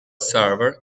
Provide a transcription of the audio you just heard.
server